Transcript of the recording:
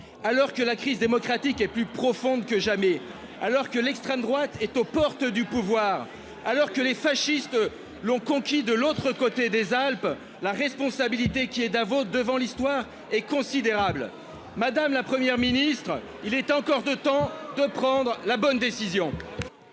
alors que la crise démocratique et plus profonde que jamais, alors que l'extrême droite est aux portes du pouvoir alors que les fascistes l'ont conquis de l'autre côté des Alpes, la responsabilité qui est devant l'histoire est considérable Madame la première ministre, il est encore de temps de prendre la bonne décision.